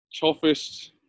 toughest